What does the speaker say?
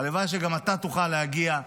הלוואי שגם אתה תוכל להגיע.